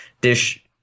Dish